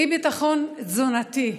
אי-ביטחון תזונתי.